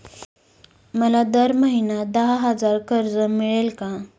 मला दर महिना दहा हजार कर्ज मिळेल का?